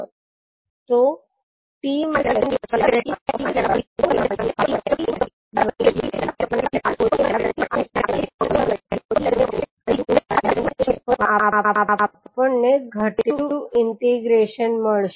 જ્યારે આપણે કહીએ છીએ કે ફંક્શન આ બંને ગુણધર્મને અનુસરે છે પહેલું કોઈ પણ t 0 માટે ફંક્શન 0 છે અને બીજું કોઝલ છે અર્થાત 𝜆 𝑡 માટે તે 0 છે પછી આપણને ઘટેલું ઈન્ટીગ્રૅશન મળશે